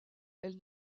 elle